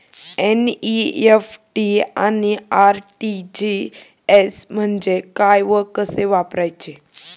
NEFT आणि RTGS म्हणजे काय व कसे वापरायचे?